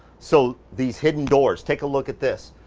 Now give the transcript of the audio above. so these hidden doors, take a look at this.